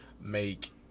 make